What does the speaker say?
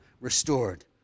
restored